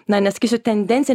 na nesakysiu tendencija